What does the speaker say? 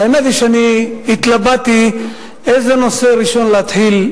האמת היא שהתלבטתי באיזה נושא להתחיל,